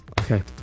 Okay